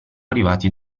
arrivati